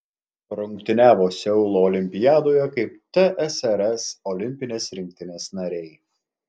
rungtyniavo seulo olimpiadoje kaip tsrs olimpinės rinktinės nariai